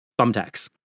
thumbtacks